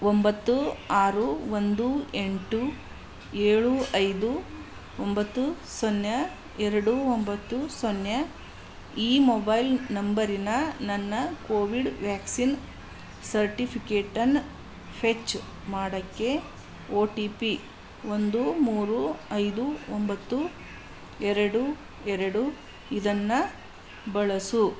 ಒಂಬತ್ತು ಆರು ಒಂದು ಎಂಟು ಏಳು ಐದು ಒಂಬತ್ತು ಸೊನ್ನೆ ಎರಡು ಒಂಬತ್ತು ಸೊನ್ನೆ ಈ ಮೊಬೈಲ್ ನಂಬರಿನ ನನ್ನ ಕೋವಿಡ್ ವ್ಯಾಕ್ಸಿನ್ ಸರ್ಟಿಫಿಕೇಟನ್ ಫೆಚ್ ಮಾಡಕ್ಕೆ ಓ ಟಿ ಪಿ ಒಂದು ಮೂರು ಐದು ಒಂಬತ್ತು ಎರಡು ಎರಡು ಇದನ್ನ ಬಳಸು